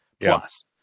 plus